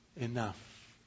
enough